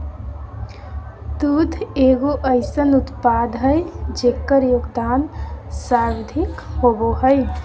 दुग्ध एगो अइसन उत्पाद हइ जेकर योगदान सर्वाधिक होबो हइ